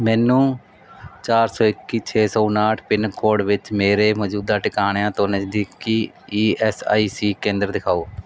ਮੈਨੂੰ ਚਾਰ ਸੌ ਇੱਕੀ ਛੇ ਸੌ ਉਣਾਹਠ ਪਿੰਨ ਕੋਡ ਵਿੱਚ ਮੇਰੇ ਮੌਜੂਦਾ ਟਿਕਾਣਿਆਂ ਤੋਂ ਨਜ਼ਦੀਕੀ ਈ ਐੱਸ ਆਈ ਸੀ ਕੇਂਦਰ ਦਿਖਾਓ